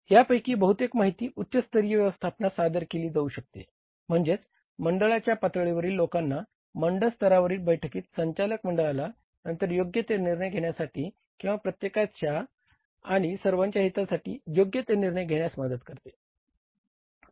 यापैकी बहुतेक माहिती उच्च स्तरीय व्यवस्थापनास सादर केली जाऊ शकते म्हणजेच मंडळाच्या पातळीवरील लोकांना मंडळ स्तरावरील बैठकीत संचालक मंडळाला नंतर योग्य ते निर्णय घेण्यासाठी किंवा प्रत्येकाच्या आणि सर्वांच्या हितासाठी योग्य ते निर्णय घेण्यास मदत करते